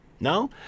No